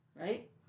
right